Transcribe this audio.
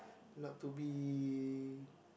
not to be